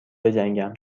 بجنگم